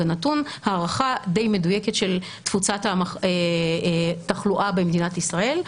נתון הערכה די מדויקת של תפוצת התחלואה במדינת ישראל.